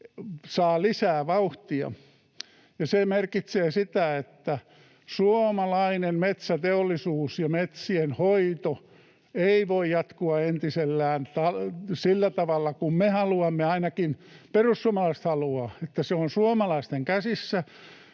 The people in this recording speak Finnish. saa lisää vauhtia. Se merkitsee sitä, että suomalainen metsäteollisuus ja metsien hoito ei voi jatkua entisellään sillä tavalla kuin me haluamme. Ainakin perussuomalaiset haluavat, että se on suomalaisten käsissä